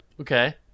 Okay